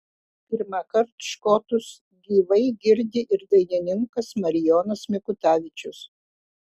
pirmąkart škotus gyvai girdi ir dainininkas marijonas mikutavičius